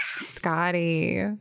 Scotty